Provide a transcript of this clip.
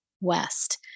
West